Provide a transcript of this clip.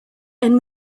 and